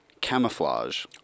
camouflage